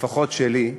לפחות שלי.